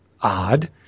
odd